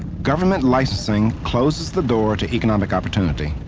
government licensing closes the door to economic opportunity.